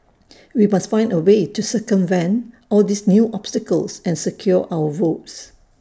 we must find A way to circumvent all these new obstacles and secure our votes